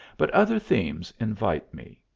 but other themes invite me.